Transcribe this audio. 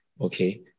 okay